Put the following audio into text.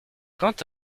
quand